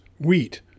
wheat